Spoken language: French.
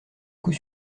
coup